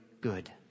good